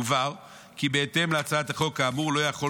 יובהר כי בהתאם להצעת החוק כאמור לא יחול